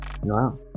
Wow